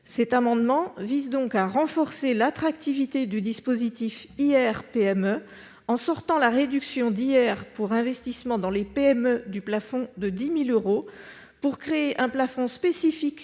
Cet amendement vise donc à renforcer l'attractivité du dispositif IR-PME, en sortant la réduction d'impôt sur le revenu pour investissement dans les PME du plafond de 10 000 euros. Il s'agit de créer un plafond spécifique